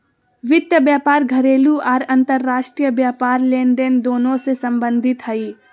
वित्त व्यापार घरेलू आर अंतर्राष्ट्रीय व्यापार लेनदेन दोनों से संबंधित हइ